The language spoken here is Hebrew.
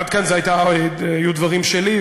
עד כאן אלה היו דברים שלי.